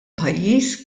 pajjiż